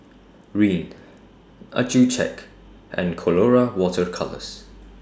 Rene Accucheck and Colora Water Colours